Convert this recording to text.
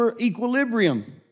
equilibrium